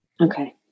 Okay